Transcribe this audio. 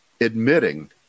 admitting